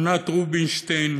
ענת רובינישטיין,